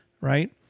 right